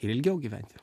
ir ilgiau gyventi